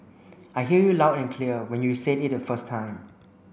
I hear you loud and clear when you said it the first time